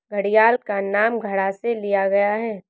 घड़ियाल का नाम घड़ा से लिया गया है